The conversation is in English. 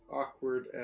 awkward